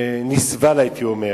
נסבל, הייתי אומר.